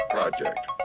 Project